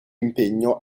impegno